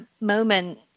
moment